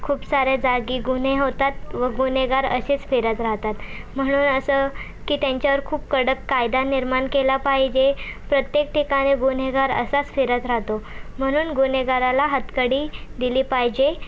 खूप साऱ्या जागी गुन्हे होतात व गुन्हेगार असेच फिरत राहतात म्हणून असं की त्यांच्यावर खूप कडक कायदा निर्माण केला पाहिजे प्रत्येक ठिकाणी गुन्हेगार असाच फिरत राहतो म्हणून गुन्हेगाराला हातकडी दिली पाहिजे